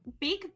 big